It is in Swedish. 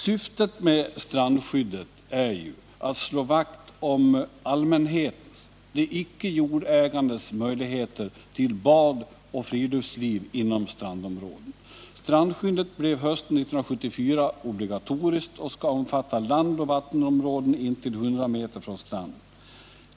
Syftet med strandskyddet är att slå vakt om allmänhetens — de icke jordägandes — möjligheter till bad och friluftsliv inom strandområden. Strandskyddet blev hösten 1974 obligatoriskt och skall omfatta landoch vattenområden intill 100 m från stranden.